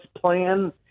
plan